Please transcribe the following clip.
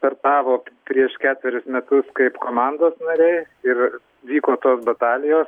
startavo prieš ketverius metus kaip komandos nariai ir vyko tos batalijos